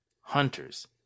hunters